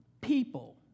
people